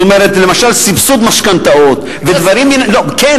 זאת אומרת, למשל סבסוד משכנתאות ודברים, כסף.